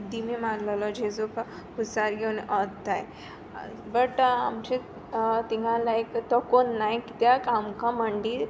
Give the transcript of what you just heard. दिमी मारलेलो जेजूक खुरसार घेवन वोत्ताय बट आमच्या थिंगा लायक तो कोन्नाय किद्याक आमकां मंडी